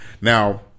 Now